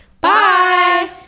Bye